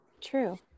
True